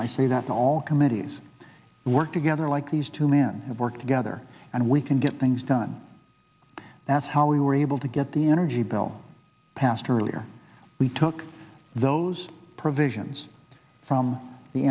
example i say that all committees work together like these two men work together and we can get things done that's how we were able to get the energy bill passed earlier we took those provisions from the